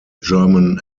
german